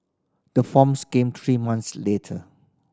the forms came three months later